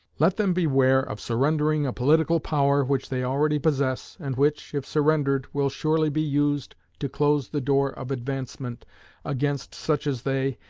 let them beware of surrendering a political power which they already possess, and which, if surrendered, will surely be used to close the door of advancement against such as they,